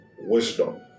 wisdom